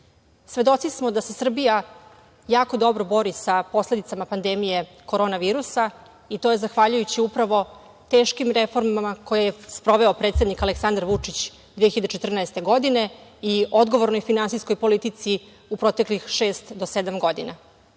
Svedoci smo da se Srbija jako dobro bori sa posledicama pandemije korona virusa i to je zahvaljujući upravo teškim reformama koje je sproveo predsednik Aleksandar Vučić 2014. godine i odgovornoj finansijskoj politici u proteklih šest do sedam